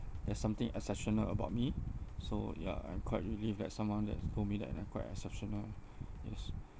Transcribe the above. there's something exceptional about me so ya I'm quite relieved that someone has told me that I'm quite exceptional is